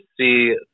see